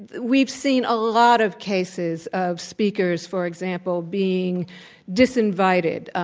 we've seen a lot of cases of speakers, for example, being disinvited,